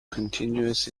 continuous